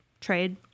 trade